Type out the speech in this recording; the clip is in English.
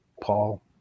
Paul